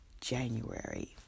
January